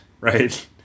right